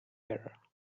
better